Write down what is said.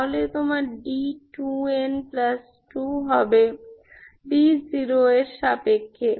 তাহলে তোমার d2n2 হবে d0 এর সাপেক্ষে